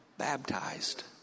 baptized